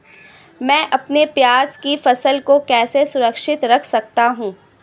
मैं अपनी प्याज की फसल को कैसे सुरक्षित रख सकता हूँ?